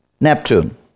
Neptune